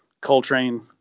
Coltrane